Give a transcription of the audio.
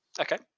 Okay